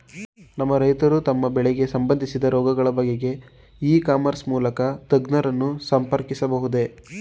ನಮ್ಮ ರೈತರು ತಮ್ಮ ಬೆಳೆಗೆ ಸಂಬಂದಿಸಿದ ರೋಗಗಳ ಬಗೆಗೆ ಇ ಕಾಮರ್ಸ್ ಮೂಲಕ ತಜ್ಞರನ್ನು ಸಂಪರ್ಕಿಸಬಹುದೇ?